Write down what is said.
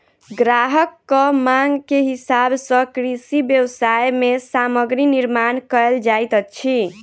ग्राहकक मांग के हिसाब सॅ कृषि व्यवसाय मे सामग्री निर्माण कयल जाइत अछि